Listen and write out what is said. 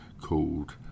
called